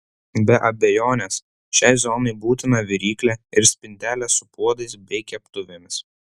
be abejonės šiai zonai būtina viryklė ir spintelė su puodais bei keptuvėmis